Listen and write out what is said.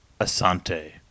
Asante